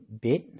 bit